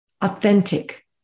authentic